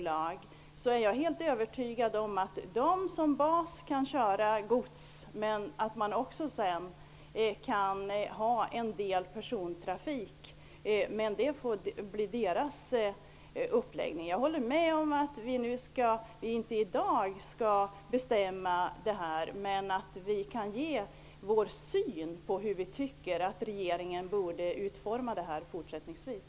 Man kan köra gods som bas, men jag är helt övertygad att man också kan ha en del persontrafik. Det får bli företagets sak. Jag håller med om att vi inte skall bestämma oss i dag. Men vi kan ge vår syn på hur vi tycker att regeringen borde utforma detta fortsättningsvis.